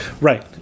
Right